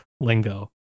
lingo